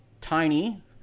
tiny